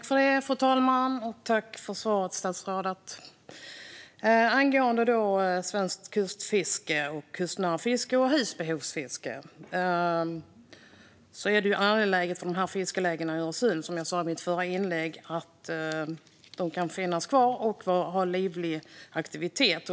Fru talman! Tack för svaret, statsrådet! Angående svenskt kustfiske, kustnära fiske och husbehovsfiske är det angeläget för fiskelägena i Öresund att de kan finnas kvar och ha en livlig aktivitet.